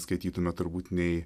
skaitytume turbūt nei